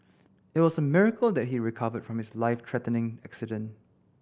it was a miracle that he recovered from his life threatening accident